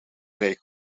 rijk